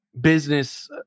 business